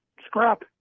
scrap